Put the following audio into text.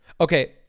Okay